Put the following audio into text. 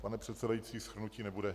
Pane předsedající, shrnutí nebude.